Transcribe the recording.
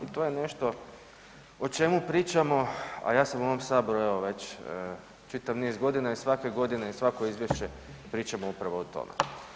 I to je nešto o čemu pričamo, a ja sam u ovom saboru evo čitav niz godina i svake godine i svako izvješće pričamo upravo o tome.